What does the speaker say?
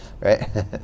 right